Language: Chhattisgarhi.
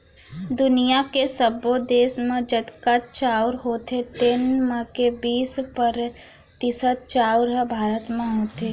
दुनियॉ के सब्बो देस म जतका चाँउर होथे तेन म के बीस परतिसत चाउर ह भारत म होथे